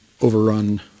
overrun